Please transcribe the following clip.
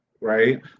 right